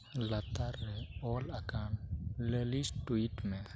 ᱞᱟᱛᱟᱨ ᱨᱮ ᱚᱞ ᱟᱠᱟᱱ ᱞᱟᱹᱞᱤᱥ ᱴᱩᱭᱤᱴ ᱢᱮ